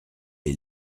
les